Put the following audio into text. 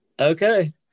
Okay